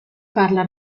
farla